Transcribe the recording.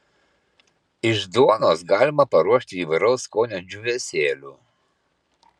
iš duonos galima paruošti įvairaus skonio džiūvėsėlių